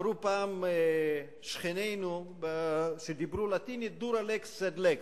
אמרו פעם שכנינו שדיברו לטינית: dura lex sed lex,